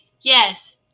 yes